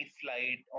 flight